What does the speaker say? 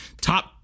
top